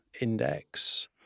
index